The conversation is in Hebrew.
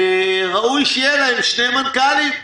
ראוי שיהיו להם שני מנכ"לים.